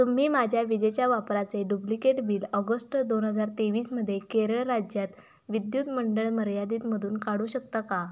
तुम्ही माझ्या विजेच्या वापराचे डुप्लिकेट बिल ऑगस्ट दोन हजार तेवीसमध्ये केरळ राज्यात विद्युतमंडळ मर्यादितमधून काढू शकता का